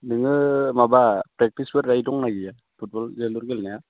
नोङो माबा प्रेक्टिसफोरलाय दंना गैया फुटबल जोलुर गेलेनाया